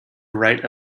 write